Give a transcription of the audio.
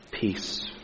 peace